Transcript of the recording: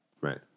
right